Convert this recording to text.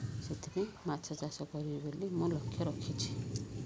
ସେଥିପାଇଁ ମାଛ ଚାଷ କରିବି ବୋଲି ମୁଁ ଲକ୍ଷ୍ୟ ରଖିଛି